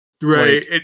Right